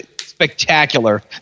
spectacular